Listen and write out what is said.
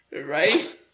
right